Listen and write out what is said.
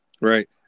Right